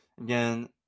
again